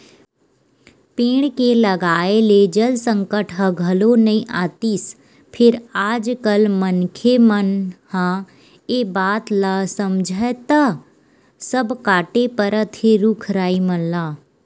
पेड़ के लगाए ले जल संकट ह घलो नइ आतिस फेर आज कल मनखे मन ह ए बात ल समझय त सब कांटे परत हे रुख राई मन ल